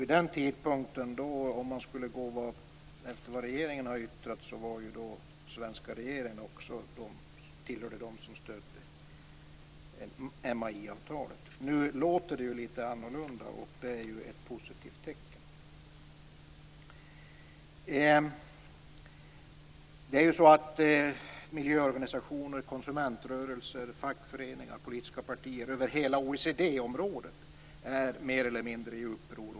Vid den tidpunkten tillhörde svenska regeringen dem som stödde MAI-avtalet, om man skall gå efter var regeringen har yttrat. Nu låter det litet annorlunda, och det är ett positivt tecken. Miljöorganisationer, konsumentrörelser, fackföreningar och politiska partier över hela OECD området är mer eller mindre i uppror.